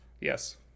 Yes